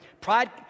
Pride